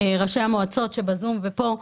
ראשי המועצות שב-זום וכאן,